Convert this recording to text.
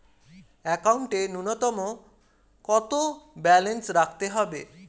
একাউন্টে নূন্যতম কত ব্যালেন্স রাখতে হবে?